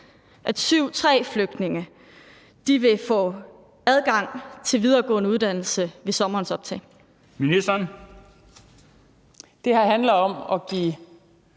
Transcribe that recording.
stk. 3-flygtninge vil få adgang til videregående uddannelse ved sommerens optag.